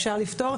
אפשר לפתור.